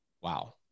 Wow